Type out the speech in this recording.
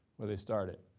where they started.